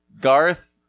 Garth